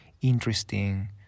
interesting